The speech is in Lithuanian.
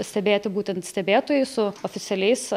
stebėti būtent stebėtojai su oficialiais